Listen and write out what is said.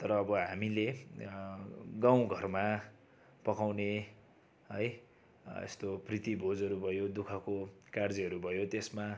तर अब हामीले गाउँघरमा पकाउने है यस्तो प्रीतिभोजहरू भयो दुःखको कार्यहरू भयो त्यसमा